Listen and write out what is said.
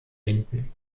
binden